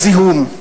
הזיהום,